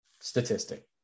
statistic